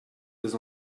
des